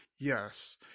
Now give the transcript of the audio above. Yes